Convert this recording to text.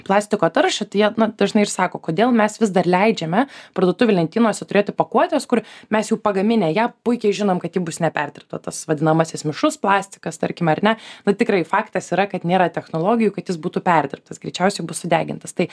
plastiko taršą tai jie na dažnai ir sako kodėl mes vis dar leidžiame parduotuvių lentynose turėti pakuotes kur mes jau pagaminę ją puikiai žinom kad ji bus neperdirbta tas vadinamasis mišrus plastikas tarkime ar ne bet tikrai faktas yra kad nėra technologijų kad jis būtų perdirbtas greičiausiai bus sudegintas tai